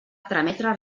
trametre